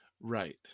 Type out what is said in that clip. right